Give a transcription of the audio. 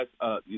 guys